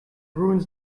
ruins